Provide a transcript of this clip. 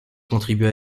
contribua